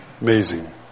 Amazing